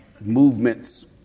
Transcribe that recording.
movements